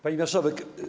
Pani Marszałek!